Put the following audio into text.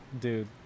Dude